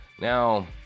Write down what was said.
now